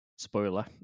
Spoiler